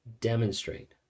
demonstrate